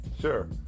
sure